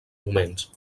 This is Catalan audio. moments